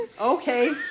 Okay